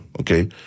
okay